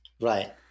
Right